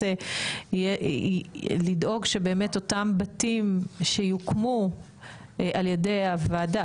לדאוג שאותם בתים שיוקמו על ידי הוועדה,